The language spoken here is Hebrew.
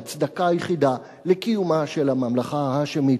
ההצדקה היחידה לקיומה של הממלכה ההאשמית,